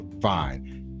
fine